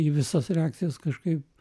į visas reakcijas kažkaip